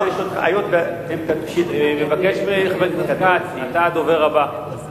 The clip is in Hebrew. חבר הכנסת כץ, אתה הדובר הבא.